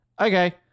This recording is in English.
okay